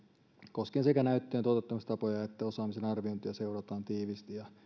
koskien sekä näyttöjen toteuttamistapoja että osaamisen arviointia seurataan tiivisti ja